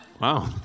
Wow